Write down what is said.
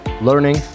learning